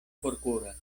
forkuras